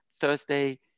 Thursday